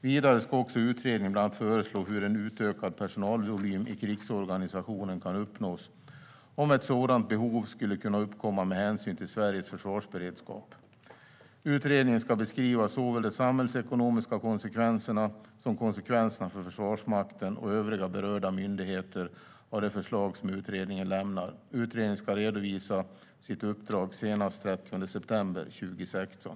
Vidare ska också utredningen bland annat föreslå hur en utökad personalvolym i krigsorganisationen kan uppnås, om ett sådant behov skulle uppkomma med hänsyn till Sveriges försvarsberedskap. Utredningen ska beskriva såväl de samhällsekonomiska konsekvenserna som konsekvenserna för Försvarsmakten och övriga berörda myndigheter. Utredningen ska redovisa sitt uppdrag senast den 30 september 2016.